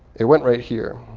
it went right here.